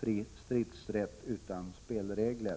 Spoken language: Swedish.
fri stridsrätt utan spelregler.